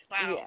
Wow